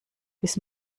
bis